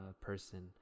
person